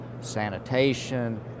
Sanitation